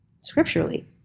Scripturally